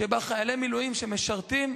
שבה חיילי מילואים שמשרתים,